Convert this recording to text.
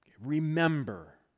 Remember